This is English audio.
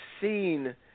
seen